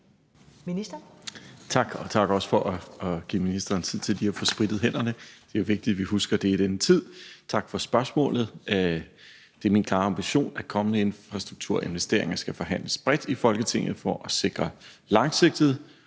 Tak. Og også tak for at give ministeren tid til lige at få sprittet hænderne – det er jo vigtigt, at vi husker det i denne tid. Tak for spørgsmålet. Det er min klare ambition, at kommende infrastrukturinvesteringer skal forhandles bredt i Folketinget for at sikre langsigtede